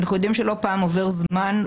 אנחנו יודעים שלא פעם עובר זמן,